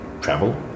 travel